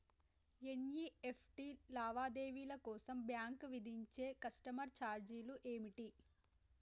NEFT లావాదేవీల కోసం bank విధించే కస్టమర్ ఛార్జీలు ఏమిటి?